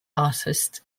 artist